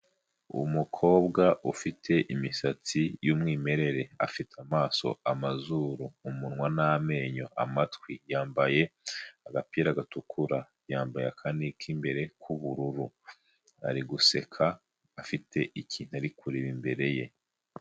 Umukobwa ufite imisatsi y'umwimerere. Afite amaso, amazuru, umunwa n'amenyo, amatwi yambaye agapira gatukura, yambaye akandi k'imbere k'ubururu, ari guseka afite ikintu ari kureba imbere ye.